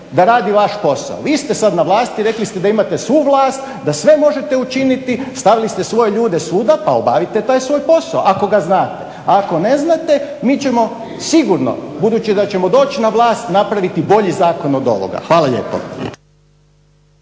da radi vaš posao, vi ste sad na vlasti i rekli ste da imate svu vlast, da sve možete učiniti, stavili ste svoje ljude svuda pa obavite taj svoj posao ako ga znate, ako ne znate mi ćemo sigurno budući da ćemo doći na vlast napraviti bolji zakon od ovoga. Hvala lijepo.